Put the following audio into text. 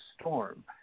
storm